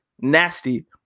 nasty